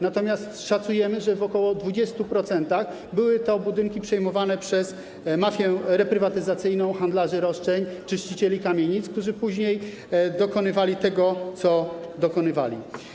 Natomiast szacujemy, że w ok. 20% były to budynki przejmowane przez mafię reprywatyzacyjną, handlarzy roszczeń, czyścicieli kamienic, którzy później dokonywali tego, czego dokonywali.